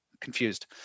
confused